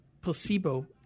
placebo